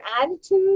attitude